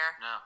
No